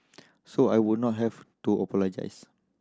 so I would not have to apologise